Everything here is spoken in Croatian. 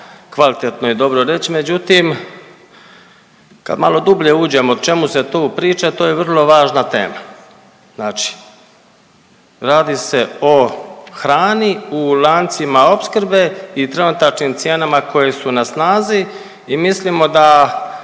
kvalitetno i dobro reći. Međutim, kad malo dublje uđemo o čemu se tu priča to je vrlo važna tema. Znači radi se o hrani u lancima opskrbe i trenutačnim cijenama koje su na snazi i mislimo da